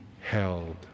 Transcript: held